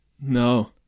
No